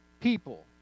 people